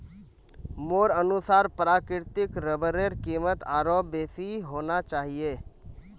मोर अनुसार प्राकृतिक रबरेर कीमत आरोह बेसी होना चाहिए